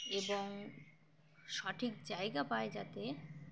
এবং সঠিক জায়গা পায় যাতে